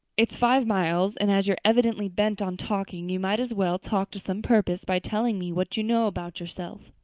it's five miles and as you're evidently bent on talking you might as well talk to some purpose by telling me what you know about yourself.